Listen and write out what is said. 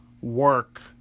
work